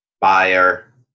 buyer